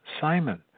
Simon